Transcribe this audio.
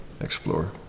explore